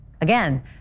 Again